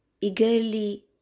eagerly